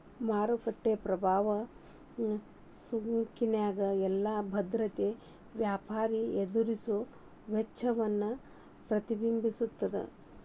ಮಾರುಕಟ್ಟೆ ಪ್ರಭಾವ ಸೂಚ್ಯಂಕ ಎಲ್ಲಾ ಭದ್ರತೆಯ ವ್ಯಾಪಾರಿ ಎದುರಿಸುವ ವೆಚ್ಚವನ್ನ ಪ್ರತಿಬಿಂಬಿಸ್ತದ